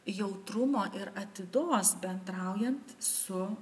jautrumo ir atidos bendraujant su